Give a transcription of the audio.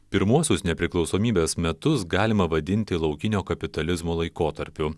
pirmuosius nepriklausomybės metus galima vadinti laukinio kapitalizmo laikotarpiu